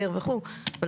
אני